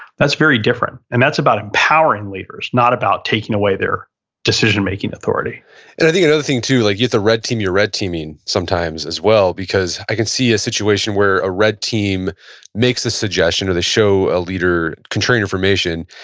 that's very different. and that's about empowering leaders not about taking away their decision-making authority and i think another thing too, like yeah you're red team, you're red teaming sometimes as well, because i can see a situation where a red team makes a suggestion or they show a leader contrarian information,